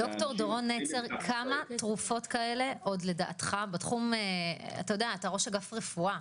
כמה תרופות כאלה אתה ראש אגף רפואה,